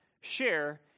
share